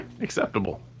Acceptable